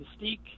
mystique